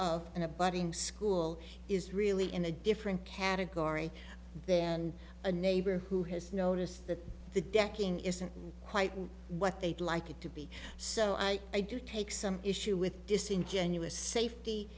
of a budding school is really in a different category than a neighbor who has noticed that the decking isn't quite what they'd like it to be so i do take some issue with disingenuous safety